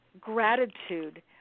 gratitude